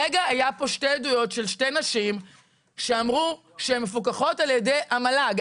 הרגע היו פה שתי עדויות של שתי נשים שאמרו שהן מפוקחות על ידי המל"ג,